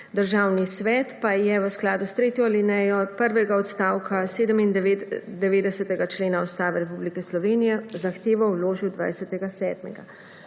Državni svet pa je v skladu s tretjo alinejo prvega odstavka 97. člena Ustave Republike Slovenije zahtevo vložil 20.